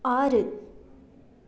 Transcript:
ஆறு